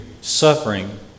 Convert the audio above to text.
suffering